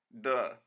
Duh